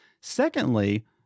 Secondly